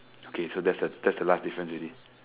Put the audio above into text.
okay so that's the that's the last difference already